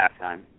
halftime